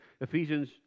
Ephesians